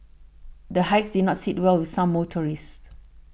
the hikes did not sit well with some motorists